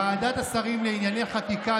ועדת השרים לענייני חקיקה,